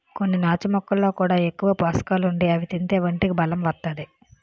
కొన్ని నాచు మొక్కల్లో కూడా ఎక్కువ పోసకాలుండి అవి తింతే ఒంటికి బలం ఒత్తాది